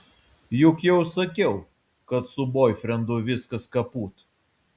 juk jau sakiau kad su boifrendu viskas kaput